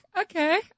okay